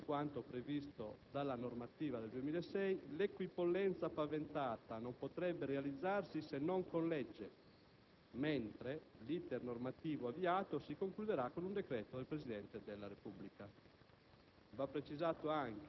Del resto, secondo quanto previsto dalla normativa del 2006, l'equipollenza paventata non potrebbe realizzarsi se non con legge, mentre l'*iter* normativo avviato si concluderà con un decreto del Presidente della Repubblica.